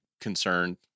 concerned